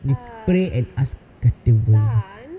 ah sun